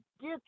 get